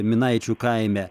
minaičių kaime